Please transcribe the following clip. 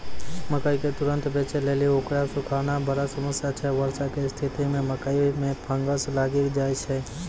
मकई के तुरन्त बेचे लेली उकरा सुखाना बड़ा समस्या छैय वर्षा के स्तिथि मे मकई मे फंगस लागि जाय छैय?